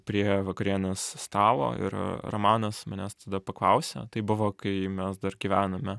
prie vakarienės stalo ir romanas manęs tada paklausė tai buvo kai mes dar gyvenome